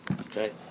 okay